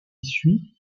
suit